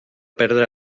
perdre